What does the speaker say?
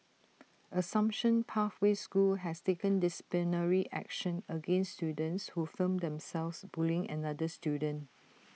assumption pathway school has taken disciplinary action against students who filmed themselves bullying another student